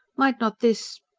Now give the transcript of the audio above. might not this.